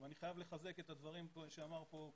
ואני חייב לחזק את הדברים שאמר קודמי,